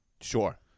Sure